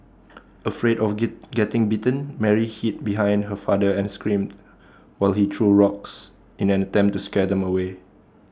afraid of get getting bitten Mary hid behind her father and screamed while he threw rocks in an attempt to scare them away